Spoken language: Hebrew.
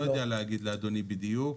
אני לא יודע להגיד לאדוני בדיוק.